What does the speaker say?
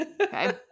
Okay